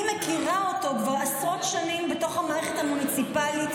היא מכירה אותו כבר עשרות שנים בתוך המערכת המוניציפלית.